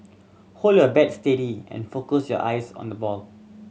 hold your bat steady and focus your eyes on the ball